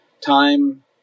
time